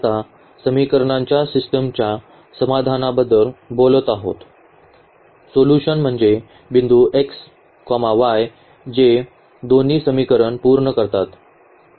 आता समीकरणांच्या सिस्टमच्या समाधानाबद्दल बोलत आहोत सोल्यूशन म्हणजे बिंदू x y जे दोन्ही समीकरणे पूर्ण करतात